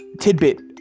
tidbit